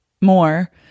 more